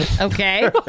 Okay